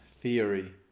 theory